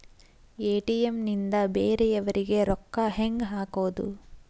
ATM ನಿಂದ ಬೇರೆಯವರಿಗೆ ರೊಕ್ಕ ಹೆಂಗ್ ಹಾಕೋದು?